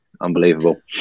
unbelievable